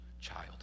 child